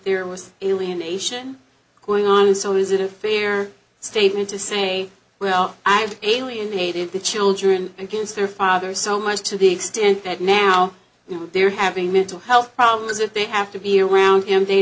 there was elimination going on so is it a fair statement to say well i'm alienated the children against their father so much to the extent that now you know they're having mental health problems if they have to be around them they